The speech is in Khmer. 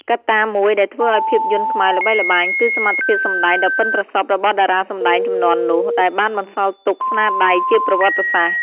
កត្តាមួយដែលធ្វើឱ្យភាពយន្តខ្មែរល្បីល្បាញ គឺសមត្ថភាពសម្ដែងដ៏ប៉ិនប្រសប់របស់តារាសម្ដែងជំនាន់នោះ ដែលបានបន្សល់ទុកស្នាដៃជាប្រវត្តិសាស្ត្រ។